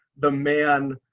the man